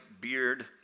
beard